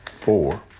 four